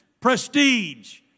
prestige